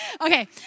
Okay